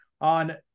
on